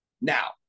Now